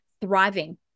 thriving